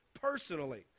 personally